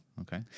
Okay